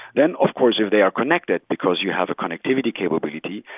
then of course if they are connected because you have a connectivity capability,